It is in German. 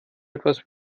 etwas